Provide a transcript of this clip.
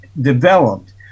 developed